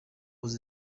was